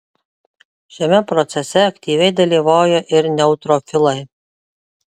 šiame procese aktyviai dalyvauja ir neutrofilai